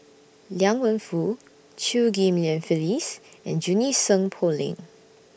Liang Wenfu Chew Ghim Lian Phyllis and Junie Sng Poh Leng